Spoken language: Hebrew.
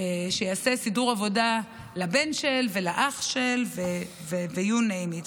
שיעשה סידור עבודה לבן של ולאח של, you name it.